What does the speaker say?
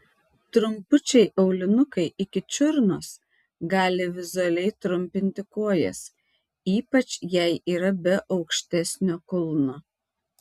trumpučiai aulinukai iki čiurnos gali vizualiai trumpinti kojas ypač jei yra be aukštesnio kulno